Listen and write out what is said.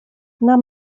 нам